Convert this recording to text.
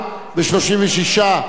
וכל מיני הודעות אחרות,